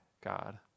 God